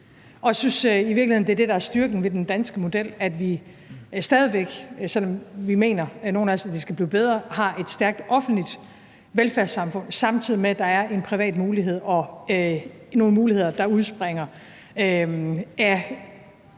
virkeligheden, at det er det, der er styrken ved den danske model: at vi stadig væk, selv om nogle af os mener, at det skal blive bedre, har et stærkt offentligt velfærdssamfund, samtidig med at der er en privat mulighed og nogle muligheder, der udspringer af